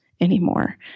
anymore